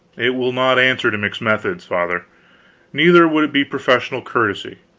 it will not answer to mix methods, father neither would it be professional courtesy.